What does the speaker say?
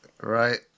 Right